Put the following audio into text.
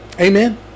Amen